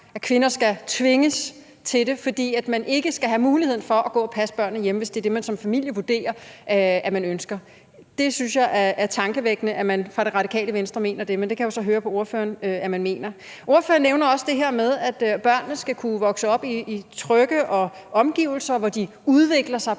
kvinder altså skal tvinges til det, fordi man ikke skal have muligheden for at gå og passe børnene hjemme, hvis det er det, man som familie vurderer man ønsker. Det synes jeg er tankevækkende, altså at man fra Det Radikale Venstres side mener det, men det kan jeg jo så høre på ordføreren man mener. Ordføreren nævner også det her med, at børnene skal kunne vokse op i trygge omgivelser, hvor de bl.a. udvikler sig,